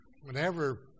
whenever